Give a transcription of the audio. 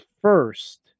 first